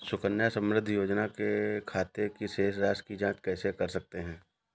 सुकन्या समृद्धि योजना के खाते की शेष राशि की जाँच कैसे कर सकते हैं?